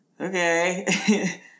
Okay